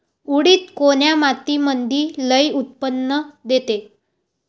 उडीद कोन्या मातीमंदी लई उत्पन्न देते?